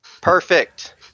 Perfect